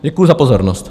Děkuji za pozornost.